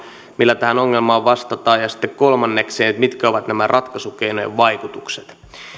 millä tähän ongelmaan vastataan ja sitten kolmanneksi siihen mitkä ovat nämä ratkaisukeinojen vaikutukset